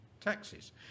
taxes